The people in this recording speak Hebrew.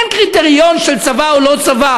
אין קריטריון של צבא או לא צבא,